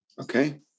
Okay